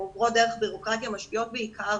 עוברות דרך בירוקרטיה משפיעות בעיקר